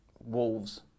Wolves